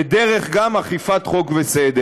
וגם דרך אכיפת חוק וסדר.